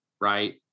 right